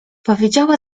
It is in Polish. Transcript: powiedziała